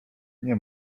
nie